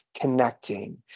connecting